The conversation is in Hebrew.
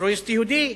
טרוריסט יהודי,